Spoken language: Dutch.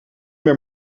meer